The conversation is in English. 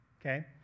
okay